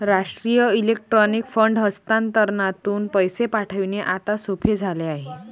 राष्ट्रीय electronic fund हस्तांतरणातून पैसे पाठविणे आता सोपे झाले आहे